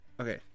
Okay